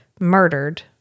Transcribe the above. murdered